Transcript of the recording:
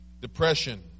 Depression